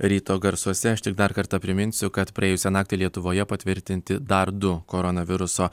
ryto garsuose aš tik dar kartą priminsiu kad praėjusią naktį lietuvoje patvirtinti dar du koronaviruso